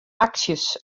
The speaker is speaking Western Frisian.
aksjes